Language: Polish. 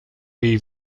jej